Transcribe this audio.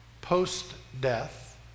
post-death